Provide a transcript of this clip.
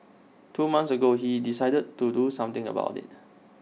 two months ago he decided to do something about IT